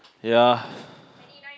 ya